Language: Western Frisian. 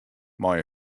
mei